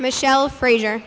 michelle frasier